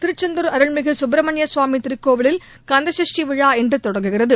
திருச்செந்தூர் அருள்மிகு சுப்பிரமணிய சுவாமி திருக்கோவிலில் கந்தகஷ்டி விழா இன்று தொடங்குகிறது